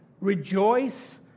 rejoice